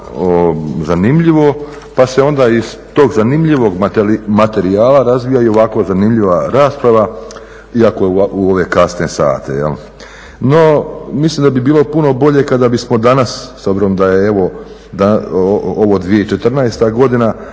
zanimljivo pa se onda iz tog zanimljivog materijala razvija i ovako zanimljiva rasprava iako je u ove kasne sate. No, mislim da bi bilo puno bolje kada bismo danas, s obzirom da je evo ovo 2014.godina